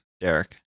Derek